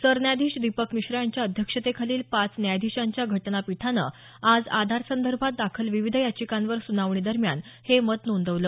सरन्यायाधीश दीपक मिश्रा यांच्या अध्यक्षते खालील पाच न्यायाधीशांच्या घटनापीठानं आज आधार संदर्भात दाखल विविध याचिकांवर स्नावणी दरम्यान हे मत नोंदवलं